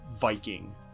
Viking